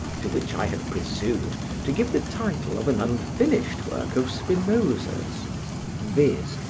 to which i had presumed to give the title of an unfinished work of spinosa's viz,